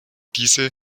diese